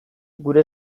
gure